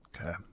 Okay